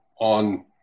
on